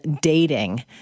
dating